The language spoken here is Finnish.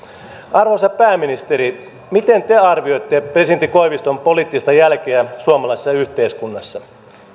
arvoisa pääministeri miten te arvioitte presidentti koiviston poliittista jälkeä suomalaisessa yhteiskunnassa